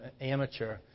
amateur